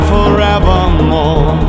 Forevermore